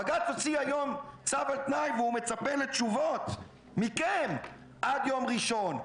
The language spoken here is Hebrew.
בג"ץ הוציא היום צו על תנאי והוא מצפה לתשובות מכם עד יום ראשון.